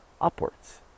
upwards